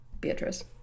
Beatrice